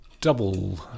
double